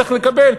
צריך לקבל.